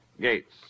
Gates